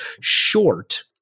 short